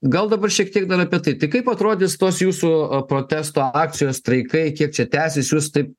gal dabar šiek tiek dar apie tai kaip atrodys tos jūsų protesto akcijos streikai kiek čia tęsis jūs taip